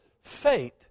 fate